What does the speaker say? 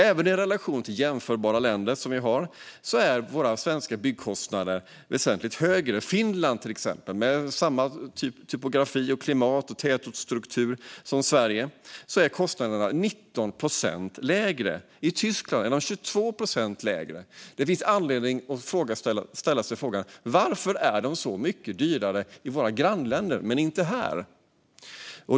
Även i relation till jämförbara länder är våra byggkostnader väsentligt högre. I Finland, som har samma topografi, klimat och tätortsstruktur som Sverige, är kostnaderna 19 procent lägre. I Tyskland är de 22 procent lägre. Det finns anledning att ställa sig frågan varför kostnaderna är så mycket lägre i våra grannländer än här.